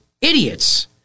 idiots